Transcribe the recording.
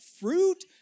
fruit